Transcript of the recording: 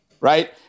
Right